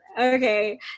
Okay